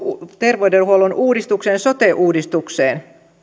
terveydenhuollon uudistukseen sote uudistukseen